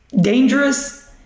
dangerous